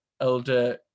elder